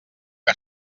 que